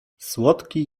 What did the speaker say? słodki